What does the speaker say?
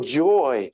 joy